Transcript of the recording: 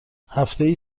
هفتهای